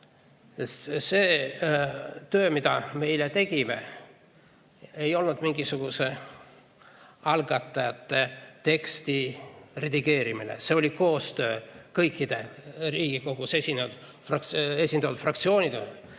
See töö, mida me eile tegime, ei olnud mingisuguse algatajate teksti redigeerimine, see oli koostöö kõikide Riigikogus esindatud fraktsioonidega.